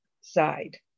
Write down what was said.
side